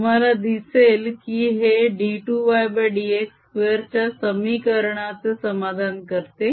तुम्हाला दिसेल की हे d2ydx2 च्या समीकरणाचे समाधान करते